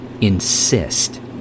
insist